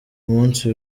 munsi